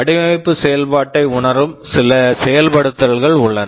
வடிவமைப்பு செயல்பாட்டை உணரும் சில செயல்படுத்தல்கள் உள்ளன